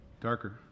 Darker